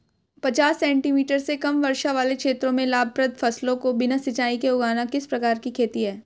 पचास सेंटीमीटर से कम वर्षा वाले क्षेत्रों में लाभप्रद फसलों को बिना सिंचाई के उगाना किस प्रकार की खेती है?